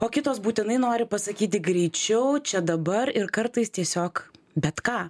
o kitos būtinai nori pasakyti greičiau čia dabar ir kartais tiesiog bet ką